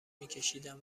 میکشیدم